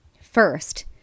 First